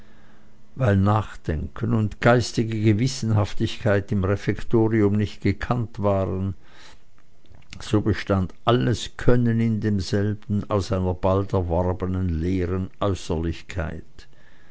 weil nachdenken und geistige gewissenhaftigkeit im refektorium nicht gekannt waren so bestand alles können in demselben aus einer bald erworbenen leeren